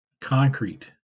concrete